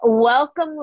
Welcome